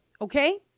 Okay